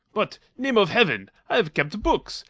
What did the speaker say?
but name of heaven i have kept books.